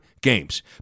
games